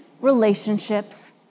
relationships